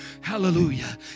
Hallelujah